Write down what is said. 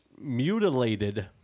mutilated